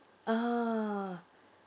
uh